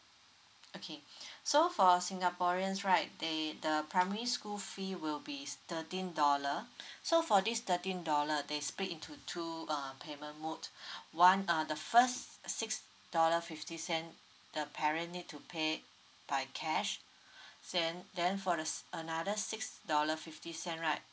okay so for singaporeans right they the primary school fee will be s~ thirteen dollar so for this thirteen dollar they split into two uh payment mode one uh the first six dollar fifty cent the parent need to pay by cash then then for the s~ another six dollar fifty cent right